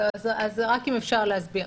אז רק אם אפשר להסביר.